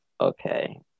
okay